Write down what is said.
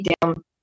down